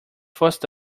forced